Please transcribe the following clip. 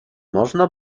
można